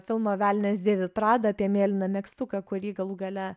filmo velnias dėvi prada apie mėlyną megztuką kurį galų gale